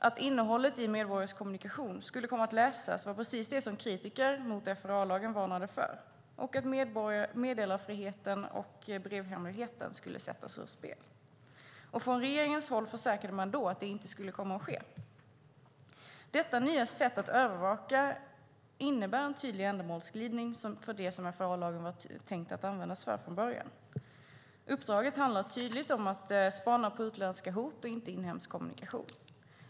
Att innehållet i medborgares kommunikation skulle komma att läsas var precis det som kritiker mot FRA-lagen varnade för liksom att meddelarfriheten och brevhemligheten skulle sättas ur spel. Från regeringens håll försäkrade man då att det inte skulle komma att ske. Detta nya sätt att övervaka innebär en tydlig ändamålsglidning från det som FRA-lagen från början var tänkt att användas för. Uppdraget handlar tydligt om att spana på utländska hot och inte inhemsk kommunikation.